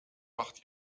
macht